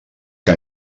que